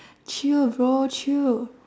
chill bro chill